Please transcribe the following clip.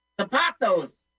zapatos